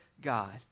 God